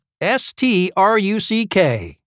S-T-R-U-C-K